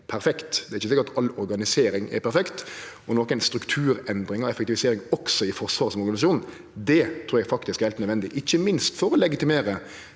perfekt i dag. Det er ikkje slik at all organisering er perfekt. Strukturendringar og effektivisering også i Forsvaret som organisasjon trur eg faktisk er heilt nødvendig, ikkje minst for å legitimere